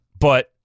But-